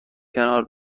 کنار